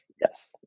Yes